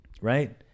right